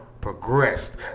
progressed